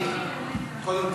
קודם כול,